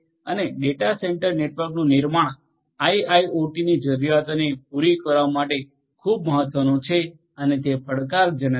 અને data centre નેટવર્કનું નિર્માણ આઈઆઈઓટીની જરૂરિયાતો પૂરી કરવા માટે ખૂબ મહત્વનું છે અને તે પડકારજનક છે